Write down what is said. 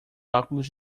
óculos